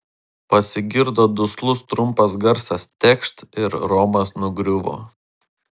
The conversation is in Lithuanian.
pasigirdo duslus trumpas garsas tekšt ir romas nugriuvo